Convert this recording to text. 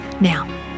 Now